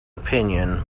opinion